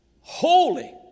holy